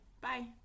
Bye